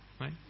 right